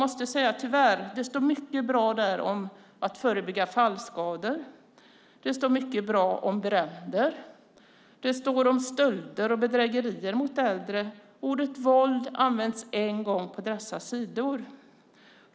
Det står mycket bra där om att förebygga fallskador. Det står mycket bra om bränder. Det står om stölder och bedrägerier mot äldre. Men tyvärr används ordet "våld" bara en gång på dessa sidor.